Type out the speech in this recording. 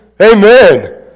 Amen